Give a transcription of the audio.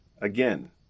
Again